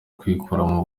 kwikuramo